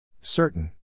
Certain